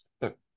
look